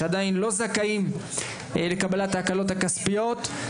שעדיין לא זכאים לקבלת ההקלות הכספיות.